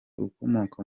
ukomoka